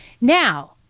Now